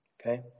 Okay